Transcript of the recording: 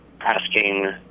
asking